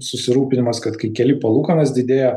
susirūpinimas kad kai keli palūkanas didėja